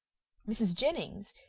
mrs. jennings,